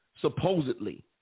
supposedly